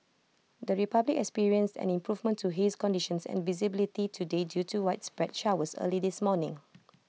the republic experienced an improvement to haze conditions and visibility today due to widespread showers early this morning